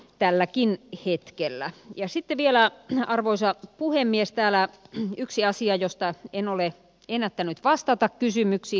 tälläkin hetkellä ja sitten vielä arvoisa puhemies täällä yksi asia josta en ole ennättänyt vastata kysymyksiin